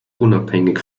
unabhängig